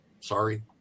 Sorry